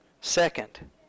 Second